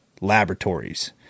laboratories